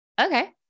okay